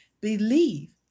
believe